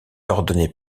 ordonné